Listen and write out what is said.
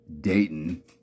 Dayton